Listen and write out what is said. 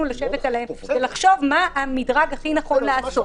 לדון עליהם ולחשוב מה המדרג שהכי נכון לעשות.